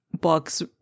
books